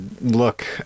look